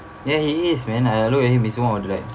ya he is man I look at him he's one of the like